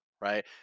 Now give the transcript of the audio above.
right